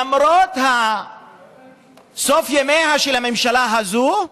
למרות סוף ימיה של הממשלה הזאת,